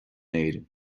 éirinn